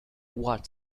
what